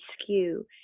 skew